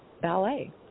ballet